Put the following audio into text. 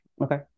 Okay